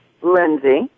Lindsay